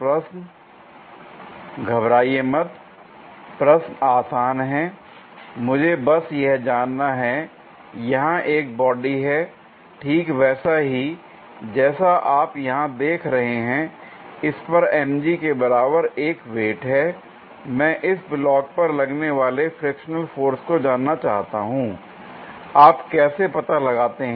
प्रश्न आसान है मुझे बस यह जानना है यहां एक बॉडी है l ठीक वैसा ही जैसा आप यहां देख रहे हैं l इस पर mg के बराबर एक वेट है l मैं इस ब्लॉक पर लगने वाले फ्रिक्शनल फोर्स को जानना चाहता हूं आप कैसे पता लगाते हैं